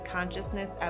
Consciousness